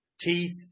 Teeth